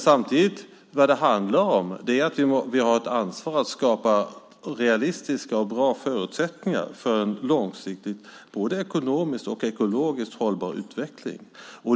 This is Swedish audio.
Samtidigt handlar det om att vi har ett ansvar att skapa realistiska och bra förutsättningar för en långsiktig ekonomiskt och ekologiskt hållbar utveckling.